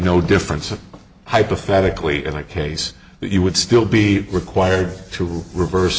no difference hypothetically in my case you would still be required to reverse